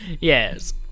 yes